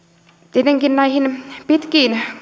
tietenkin näihin pitkiin